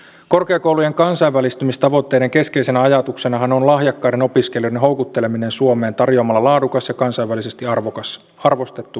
korkeakoulujen kansainvälistymistavoitteiden keskeisenä ajatuksenahan on lahjakkaiden opiskelijoiden houkutteleminen suomeen tarjoamalla laadukas ja kansainvälisesti arvostettu koulutus